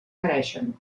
mereixen